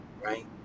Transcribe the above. right